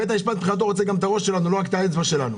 בית המשפט מבחינתו רוצה גם את האצבע שלנו ולא רק את הראש שלנו.